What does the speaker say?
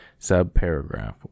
subparagraph